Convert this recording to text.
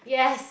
yes